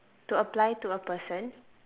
to apply to a person